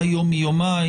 מה יום מיומיים.